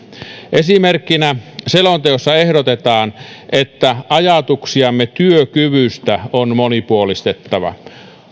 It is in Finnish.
esimerkkinä selonteossa ehdotetaan että ajatuksiamme työkyvystä on monipuolistettava